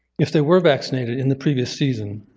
if they were vaccinated in the previous season,